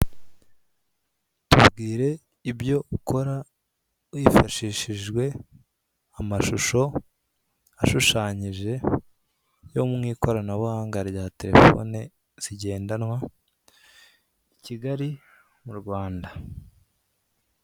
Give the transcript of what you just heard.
Tubwire ibyo ukora hifashishijwe mashusho ashushanyije wo mu ikoranabuhanga rya terefone zigindanwa I Kigali mu Rwanda.